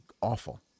Awful